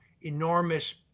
enormous